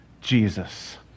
Jesus